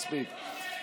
מספיק.